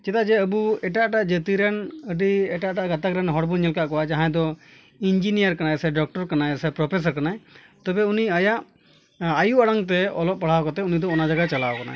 ᱪᱮᱫᱟᱜ ᱡᱮ ᱟᱵᱚ ᱮᱴᱟᱜ ᱮᱴᱟᱜ ᱡᱟᱹᱛᱤᱨᱮᱱ ᱟᱹᱰᱤ ᱮᱴᱟᱜ ᱮᱴᱟᱜ ᱜᱟᱛᱟᱜᱨᱮᱱ ᱦᱚᱲᱵᱚᱱ ᱧᱮᱞ ᱟᱠᱟᱫ ᱠᱚᱣᱟ ᱡᱟᱦᱟᱸᱭᱫᱚ ᱤᱧᱡᱤᱱᱤᱭᱟᱨ ᱠᱟᱱᱟᱭ ᱥᱮ ᱰᱚᱠᱴᱚᱨ ᱠᱟᱱᱟᱭ ᱥᱮ ᱯᱨᱚᱯᱷᱮᱥᱚᱨ ᱠᱟᱱᱟᱭ ᱛᱚᱵᱮ ᱩᱱᱤ ᱟᱭᱟᱜ ᱟᱴᱳ ᱟᱲᱟᱝᱛᱮ ᱚᱞᱚᱜ ᱯᱟᱲᱦᱟᱣ ᱠᱟᱛᱮᱫ ᱩᱱᱤᱫᱚ ᱚᱱᱟ ᱡᱟᱜᱟᱭ ᱪᱟᱞᱟᱣ ᱟᱠᱟᱱᱟ